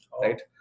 right